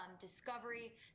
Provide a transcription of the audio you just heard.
discovery